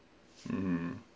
mmhmm